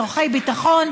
והן לצורכי ביטחון,